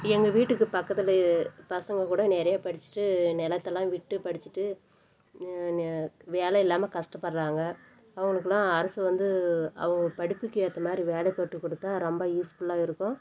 எங்கள் வீட்டுக்கு பக்கத்திலே பசங்கள் கூட நிறையா படிச்சுட்டு நிலத்தெல்லாம் விட்டு படிச்சுட்டு வேலை இல்லாமல் கஷ்டப்படுகிறாங்க அவங்களுக்குலாம் அரசு வந்து அவங்க படிப்புக்கு ஏற்ற மாதிரி வேலை போட்டு கொடுத்தா ரொம்ப யூஸ்ஃபுல்லாக இருக்கும்